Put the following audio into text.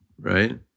Right